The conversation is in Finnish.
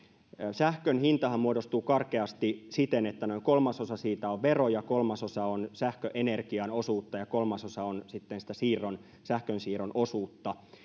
sähkön hintahan muodostuu karkeasti siten että noin kolmasosa siitä on veroja kolmasosa on sähköenergian osuutta ja kolmasosa on sitten sitä sähkönsiirron osuutta